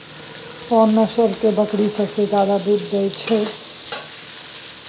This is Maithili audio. कोन नस्ल के बकरी सबसे ज्यादा दूध दय हय?